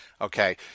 okay